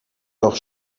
doch